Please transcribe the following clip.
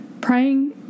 Praying